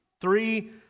Three